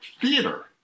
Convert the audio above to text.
theater